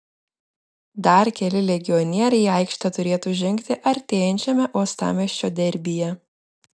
dar keli legionieriai į aikštę turėtų žengti artėjančiame uostamiesčio derbyje